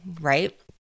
right